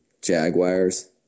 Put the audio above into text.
Jaguars